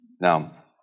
Now